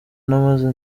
namaze